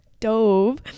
dove